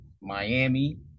Miami